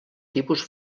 tipus